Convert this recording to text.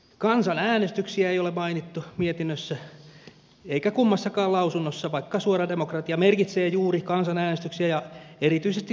kansanäänestyksiä ei ole mainittu mietinnössä eikä kummassakaan lausunnossa vaikka suora demokratia merkitsee juuri kansanäänestyksiä ja erityisesti sitovia sellaisia